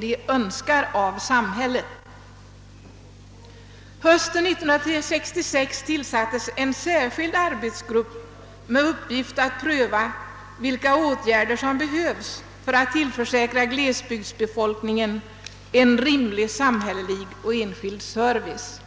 de önskar av samhället. Hösten 1966 tillsattes en särskild arbetsgrupp inom Kungl. Maj:ts kansli med uppgift att pröva vilka åtgärder som behövs för att tillförsäkra glesbygdsbefolkningen en rimlig samhällelig och enskild service.